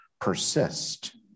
persist